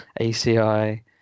ACI